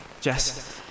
Jess